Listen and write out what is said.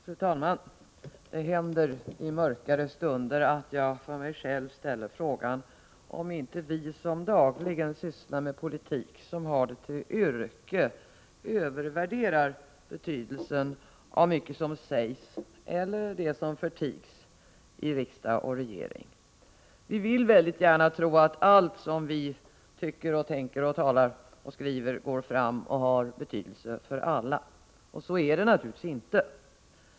Fru talman! Det händer i mörkare stunder att jag för mig själv ställer frågan om inte vi som dagligen sysslar med politik — som yrke — övervärderar betydelsen av mycket som sägs — eller förtigs — i riksdag och regering. Vi vill Nr 148 gärna tro att allt vi tycker, tänker, talar och skriver går fram till och har ST ö Onsdagen den betydelse för alla. Så är det naturligtvis inte.